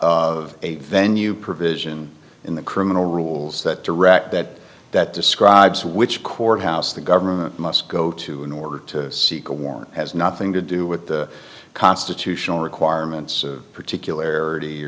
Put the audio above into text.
of a venue provision in the criminal rules that direct that that describes which courthouse the government must go to in order to seek a warrant has nothing to do with the constitutional requirements particular